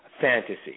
fantasy